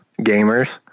gamers